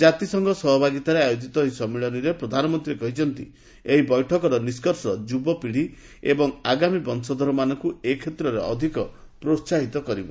ଜାତିସଂଘ ସହଭାଗିତାରେ ଆୟୋଜିତ ଏହି ସମ୍ମିଳନୀରେ ପ୍ରଧାନମନ୍ତ୍ରୀ କହିଛନ୍ତି ଏହି ବୈଠକର ନିଷ୍କର୍ଷ ଯୁବପିଢ଼ି ଏବଂ ଆଗାମୀ ବଂଶଧରମାନଙ୍କ ଏ କ୍ଷେତ୍ରରେ ଅଧିକ ପ୍ରୋହାହିତ କରିବ